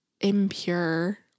impure